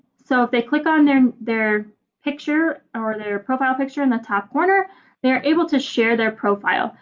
so if they click on their their picture and or their profile picture in the top corner they are able to share their profile.